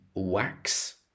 wax